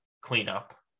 cleanup